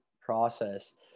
process